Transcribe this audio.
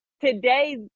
today